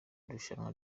irushanwa